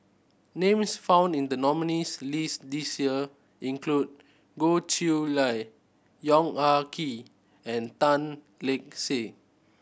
names found in the nominees' list this year include Goh Chiew Lye Yong Ah Kee and Tan Lark Sye